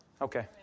Okay